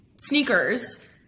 sneakers